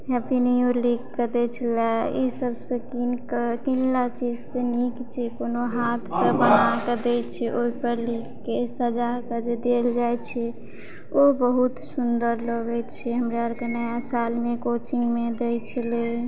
happy new year लिख कऽ दै छलए ई सबसँ किन कऽ किनला चीज सऽ नीक छै कोनो हाथसँ बनाकऽ दै छै ओहिपर लिखके सजा कऽ जे देल जाइ छै ओ बहुत सुन्दर लगै छै हमरा अरके नया सालमे कोचिंगमे दै छलै